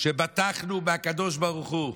שבטחנו בקדוש ברוך הוא.